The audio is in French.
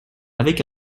avec